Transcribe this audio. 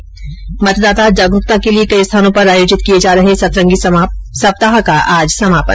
्म मतदाता जागरुकता के लिए कई स्थानों पर आयोजित किये जा रहे सतरंगी सप्ताह का आज समापन